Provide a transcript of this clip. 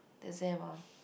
exam ah